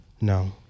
No